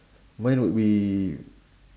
mine would be